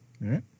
right